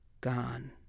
Gone